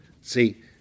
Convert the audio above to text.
See